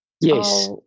yes